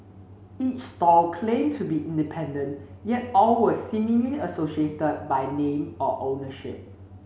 each stall claimed to be independent yet all were seemingly associated by name or ownership